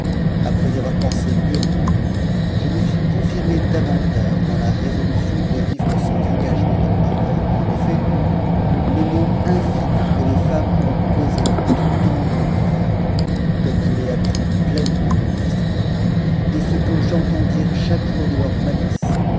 après avoir pensé mûrement je me suis connrmë davantage dans la résolut de vivre sans engagement dans le mariage en effet les maux inqn's i les femmes ont causés de tout temps dans l'univers comme je l'ai ap incnmotdans nos histoires et ce que j'entends dire chaque jour de leurs